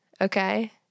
okay